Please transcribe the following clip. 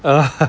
ah ha